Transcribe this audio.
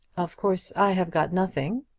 of course i have got nothing.